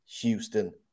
Houston